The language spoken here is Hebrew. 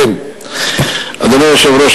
אדוני היושב-ראש,